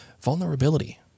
vulnerability